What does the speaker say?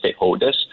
stakeholders